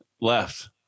Left